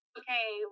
okay